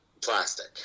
plastic